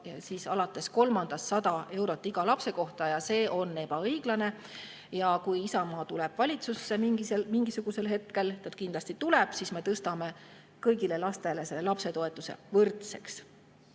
ja alates kolmandast 100 euroni iga lapse kohta. See on ebaõiglane. Kui Isamaa tuleb valitsusse – mingisugusel hetkel ta kindlasti tuleb –, siis me tõstame kõigi laste lapsetoetuse võrdseks.